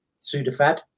Sudafed